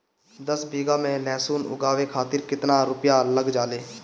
दस बीघा में लहसुन उगावे खातिर केतना रुपया लग जाले?